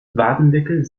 wadenwickel